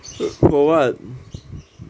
for what